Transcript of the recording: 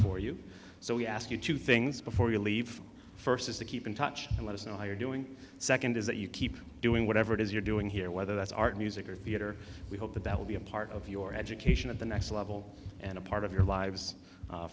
for you so we ask you two things before you leave first is to keep in touch and let us know how you're doing second is that you keep doing whatever it is you're doing here whether that's art music or theater we hope that that will be a part of your education at the next level and a part of your lives